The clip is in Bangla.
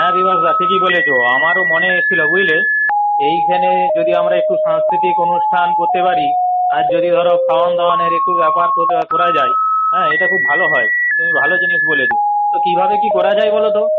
হ্যাঁ বিভাসদা ঠিকই বলেছ আমারও মনে এসেছিল বুঝলে এইখানে যদি আমরা একটু সাংস্কৃতিক অনুষ্ঠান করতে পারি আর যদি ধরো খাওয়া দাওয়ার একটু ব্যাপার করা করা যায় হ্যাঁ এটা খুব ভালো হয় তুমি ভালো জিনিস বলেছ তো কীভাবে কী করা যায় বলো তো